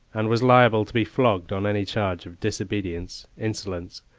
and was liable to be flogged on any charge of disobedience, insolence,